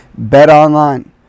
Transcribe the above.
BetOnline